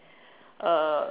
uh